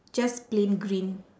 just plain green